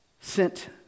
sent